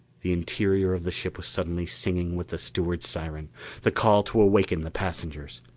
the interior of the ship was suddenly singing with the steward's siren the call to awaken the passengers.